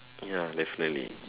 ya definitely